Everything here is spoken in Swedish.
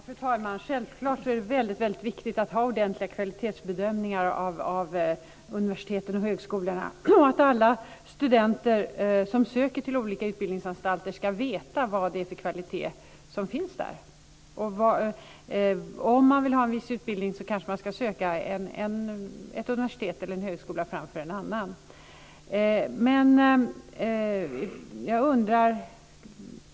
Fru talman! Självklart är det viktigt att ha ordentliga kvalitetsbedömningar av universiteten och högskolorna. Alla studenter som söker sig till olika utbildningsanstalter ska veta vad det är för kvalitet där. Om man vill ha en viss utbildning ska man kanske söka ett universitet eller en högskola framför någon annan.